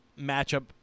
matchup